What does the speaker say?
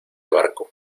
barco